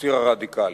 בציר הרדיקלי.